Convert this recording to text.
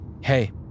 hey